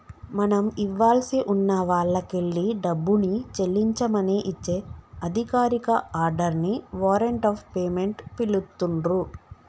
మనం ఇవ్వాల్సి ఉన్న వాల్లకెల్లి డబ్బుని చెల్లించమని ఇచ్చే అధికారిక ఆర్డర్ ని వారెంట్ ఆఫ్ పేమెంట్ పిలుత్తున్రు